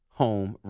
home